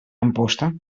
amposta